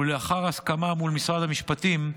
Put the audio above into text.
ולאחר הסכמה מול משרד המשפטים,